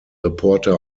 reporter